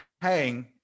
paying